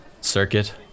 Circuit